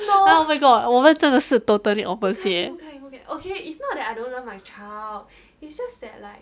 oh my god 我们真的是 totally opposite eh